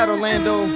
Orlando